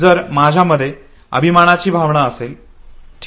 जर माझ्यामध्ये अभिमानाची भावना असेल ठीक आहे